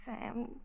Sam